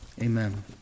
amen